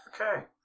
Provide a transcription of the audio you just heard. Okay